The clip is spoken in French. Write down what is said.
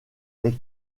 est